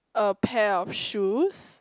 a pair of shoes